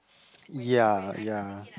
ya ya